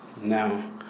Now